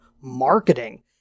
marketing